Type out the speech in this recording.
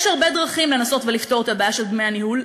יש הרבה דרכים לנסות ולפתור את הבעיה של דמי הניהול,